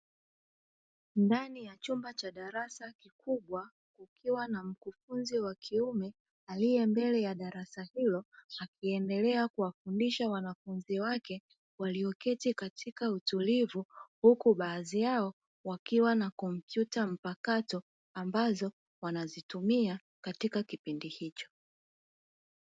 Ndani ya chumba cha darasa kikubwa kukiwa na mkufunzi wa kiume aliye mbele ya darasa hilo, akiendelea kuwafundisha wanafunzi wake walioketi katika utulivu, huku baadhi yao wakiwa na kompyuta mpakato ambazo wanazitumia katika kipindi hicho.